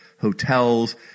hotels